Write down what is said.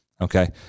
okay